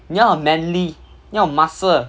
你要很 manly 要 muscle